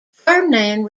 ferdinand